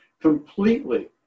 completely